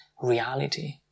reality